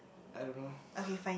I don't know